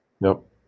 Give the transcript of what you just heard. Nope